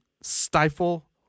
stifle